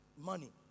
money